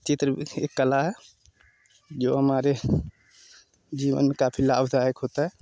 चित्र भी एक कला है जो हमारे जीवन में काफ़ी लाभदायक होता है